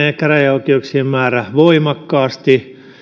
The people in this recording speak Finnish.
ja käräjäoikeuksien määrä harvenee voimakkaasti